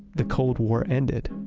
the cold war ended.